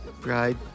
Bride